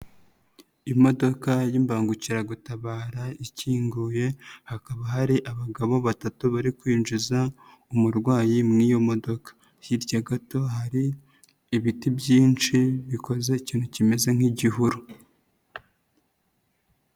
Imodoka y'imbangukiragutabara ikinguye, hakaba hari abagabo batatu bari kwinjiza umurwayi mu iyo modoka, hirya gato hari ibiti byinshi bikoze ikintu kimeze nk'igihuru.